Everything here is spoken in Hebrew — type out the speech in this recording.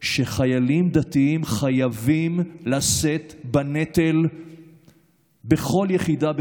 שחיילים דתיים חייבים לשאת בנטל בכל יחידה בצה"ל,